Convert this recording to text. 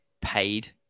paid